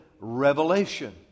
revelation